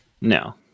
No